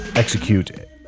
execute